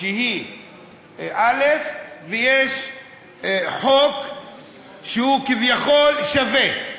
שהיא א', ויש חוק שהוא כביכול שווה,